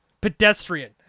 Pedestrian